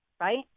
Right